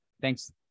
Thanks